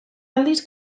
aldiz